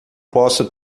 posso